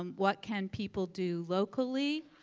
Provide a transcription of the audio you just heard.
um what can people do locally,